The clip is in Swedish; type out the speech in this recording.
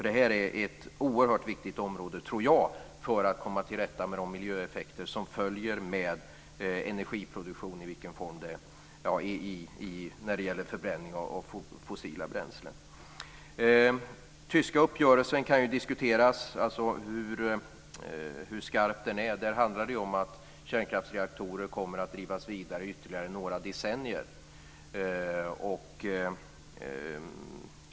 Det är ett oerhört viktigt område för att komma till rätta med de miljöeffekter som följer med energiproduktion när det gäller förbränning av fossila bränslen. Hur skarp den tyska uppgörelsen är kan diskuteras. Det handlar om att kärnkraftsreaktorer kommer att drivas vidare ytterligare några decennier.